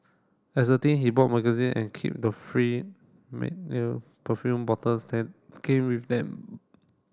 as a teen he bought magazine and keep the free perfume bottles that came with them